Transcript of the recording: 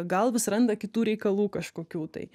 gal vis randa kitų reikalų kažkokių tai